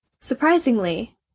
Surprisingly